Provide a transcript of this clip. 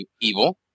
evil